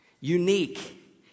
unique